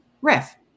ref